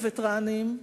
הווטרנים,